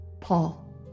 Paul